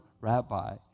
rabbi